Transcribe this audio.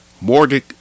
mortgage